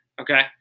Okay